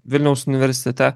vilniaus universitete